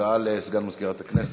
הודעה לסגן מזכירת הכנסת.